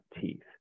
teeth